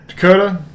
Dakota